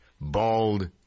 bald